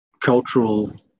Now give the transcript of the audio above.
cultural